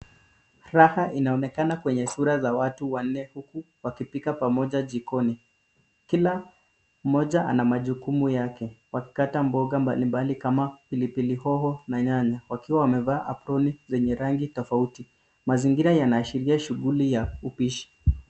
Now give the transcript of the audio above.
Raha inaonekana kwenye sura za watu wanne huku wakipika pamoja jikoni, kila mmoja ana majukumu yake wakikata mboga mbalimbali kama pilipili hoho na nyanya wakiwa wamevaa aproni zenye rangi tofauti, mazingira yanaashiria shuguli ya upishi.